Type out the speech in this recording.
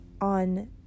on